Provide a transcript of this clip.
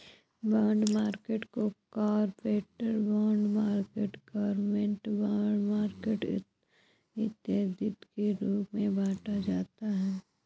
bond market को corporate bond market government bond market इत्यादि के रूप में बांटा जाता है